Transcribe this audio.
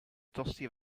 tosti